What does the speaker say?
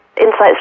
insights